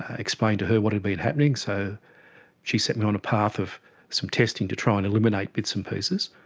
explained to her what had been happening, so she sent me on the path of some testing to try and eliminate bits and pieces.